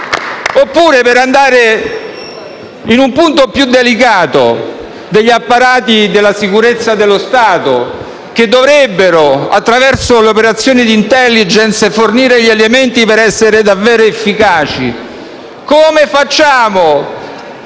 Passo ora a un punto più delicato degli apparati della sicurezza dello Stato, che dovrebbero, attraverso le operazioni di *intelligence*, fornire gli elementi per essere davvero efficaci. Come facciamo